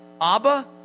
Abba